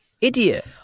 Idiot